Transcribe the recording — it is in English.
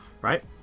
right